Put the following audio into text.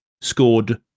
scored